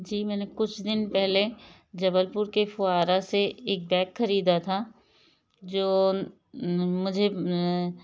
जी मैंने कुछ दिन पहले जबलपुर के फवारा से एक बैग खरीदा था जो मुझे